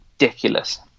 ridiculous